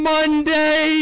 Monday